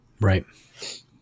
Right